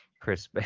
Chris